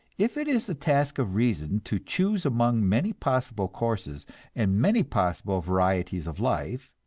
if it is the task of reason to choose among many possible courses and many possible varieties of life,